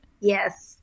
Yes